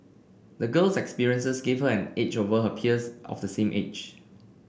the girl's experiences gave her an edge over her peers of the same age